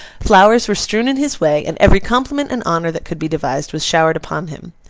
flowers were strewn in his way, and every compliment and honour that could be devised was showered upon him.